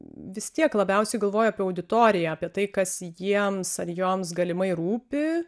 vis tiek labiausiai galvoju apie auditoriją apie tai kas jiems ar joms galimai rūpi